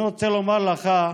אני רוצה לומר לך,